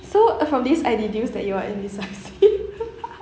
so from this I deduce that you are indecisive